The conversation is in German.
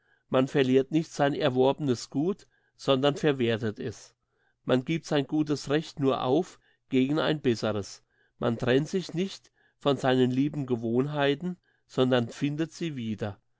man verliert nicht sein erworbenes gut sondern verwerthet es man gibt sein gutes recht nur auf gegen ein besseres man trennt sich nicht von seinen lieben gewohnheiten sondern findet sie wieder